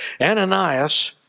Ananias